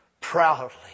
proudly